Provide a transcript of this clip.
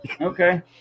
okay